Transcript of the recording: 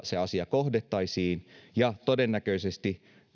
se asia todella kohdattaisiin ja todennäköisesti